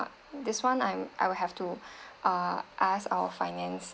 this one I'm I'll have to uh ask our finance